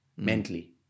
Mentally